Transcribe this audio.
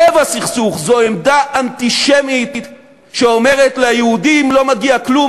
לב הסכסוך הוא עמדה אנטישמית שאומרת שליהודים לא מגיע כלום,